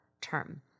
term